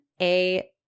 a-